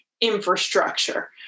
infrastructure